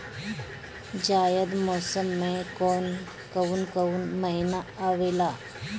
जायद मौसम में कौन कउन कउन महीना आवेला?